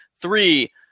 three